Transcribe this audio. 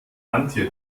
antje